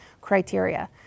criteria